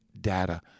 data